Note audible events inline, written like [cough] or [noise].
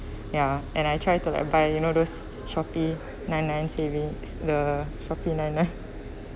ya and I try to like buy you know those Shopee nine nine savings the Shopee nine nine [laughs]